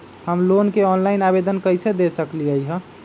हम लोन के ऑनलाइन आवेदन कईसे दे सकलई ह?